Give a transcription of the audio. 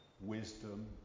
wisdom